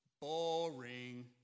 boring